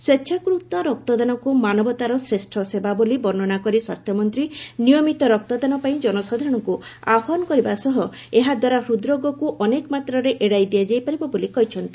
ସ୍ୱେଚ୍ଛାକୃତ ରକ୍ତଦାନକୁ ମାନବତାର ଶ୍ରେଷ୍ଠ ସେବା ବୋଲି ବର୍ଷ୍ଣନା କରି ସ୍ୱାସ୍ଥ୍ୟମନ୍ତ୍ରୀ ନିୟମିତ ରକ୍ତଦାନ ପାଇଁ ଜନସାଧାରଣଙ୍କୁ ଆହ୍ୱାନ କରିବା ସହ ଏହାଦ୍ୱାରା ହୃଦରୋଗକୁ ଅନେକ ମାତ୍ରାରେ ଏଡାଇ ଦିଆଯାଇପାରିବ ବୋଲି କହିଛନ୍ତି